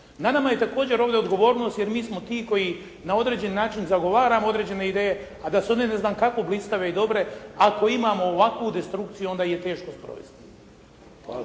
Na nama je također ovdje odgovornost jer mi smo ti koji na određeni način zagovaramo određene ideje, a da su one ne znam kako blistave i dobre, a ako imamo ovakvu destrukciju onda ih je teško sprovesti.